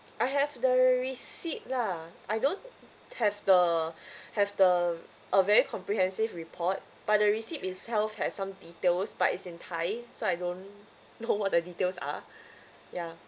I have the receipt lah I don't have the have the a very comprehensive report but the receipt itself has some details but it's in thai so I don't know what the details are ya